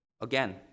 Again